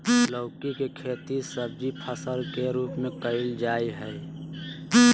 लौकी के खेती सब्जी फसल के रूप में कइल जाय हइ